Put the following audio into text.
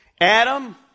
Adam